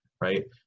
Right